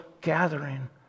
gathering